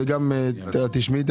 את תשמעי,